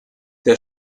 der